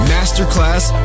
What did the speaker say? Masterclass